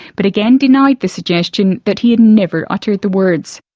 but again denied the suggestion that he had never uttered the words.